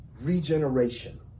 regeneration